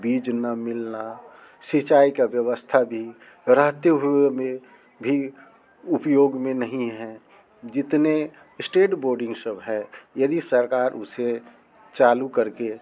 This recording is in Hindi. बीज न मिलना सिंचाई का व्यवस्था भी रहते हुए भी भी उपयोग में नहीं है जितने स्टेट सब है यदि सरकार उसे चालू करके